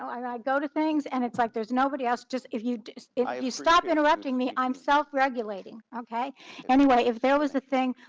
i go to things and it's like, there's nobody else just if you if you stop interrupting me, i'm self regulating. anyway, if there was a thing,